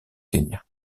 kenya